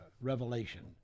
revelation